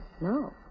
No